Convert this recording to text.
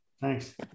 Thanks